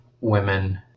women